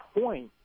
point